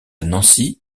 nancy